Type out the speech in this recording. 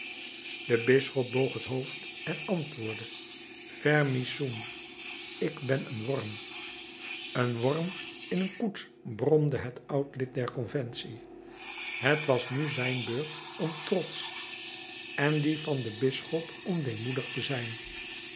de bisschop boog het hoofd en antwoordde vermis sum ik ben een worm een worm in een koets bromde het oud lid der conventie t was nu zijn beurt om trotsch en die van den bisschop om deemoedig te zijn